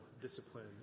discipline